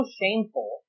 shameful